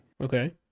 Okay